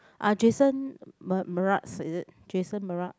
ah Jason m~ Mraz is it Jason Mraz